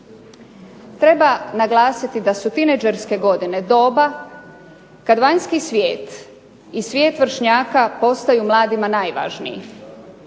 Treba naglasiti da su tinejdžerske godine doba kada vanjski svijet i svijet vršnjaka postaju mladima najvažniji.